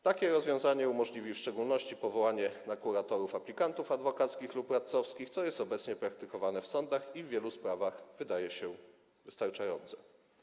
Takie rozwiązanie umożliwi w szczególności powoływanie na kuratorów aplikantów adwokackich lub radcowskich, co jest obecnie praktykowane w sądach i w wielu sprawach wydaje się wystarczające.